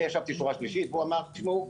ישבתי שורה שלישית הוא אמר: שמעו,